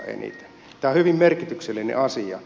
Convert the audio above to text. tämä on hyvin merkityksellinen asia